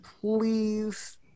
please